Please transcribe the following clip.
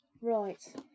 Right